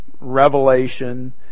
revelation